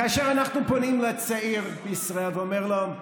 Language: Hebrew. כאשר אנחנו פונים לצעיר בישראל ואומרים לו: